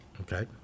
Okay